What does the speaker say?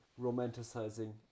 romanticizing